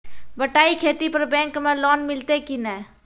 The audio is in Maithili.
बटाई खेती पर बैंक मे लोन मिलतै कि नैय?